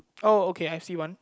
oh okay I see one